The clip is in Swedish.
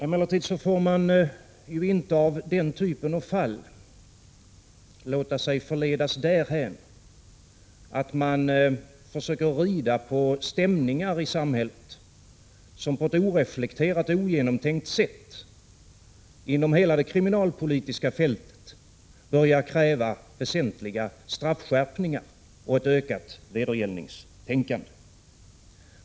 Emellertid får man inte av den typen av fall låta sig förledas därhän att man försöker rida på stämningar i samhället som på ett oreflekterat och ogenomtänkt sätt inom hela det kriminalpolitiska fältet börjar kräva väsentliga straffskärpningar och ett ökat vedergällningstänkande.